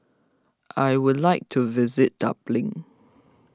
I would like to visit Dublin